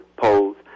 polls